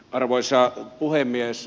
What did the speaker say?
arvoisa puhemies